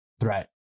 threat